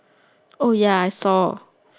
oh ya I saw